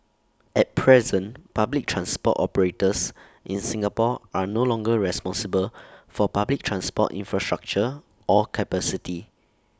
at present public transport operators in Singapore are no longer responsible for public transport infrastructure or capacity